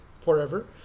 forever